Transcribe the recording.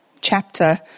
chapter